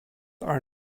are